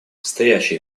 стоящие